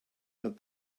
that